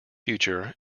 future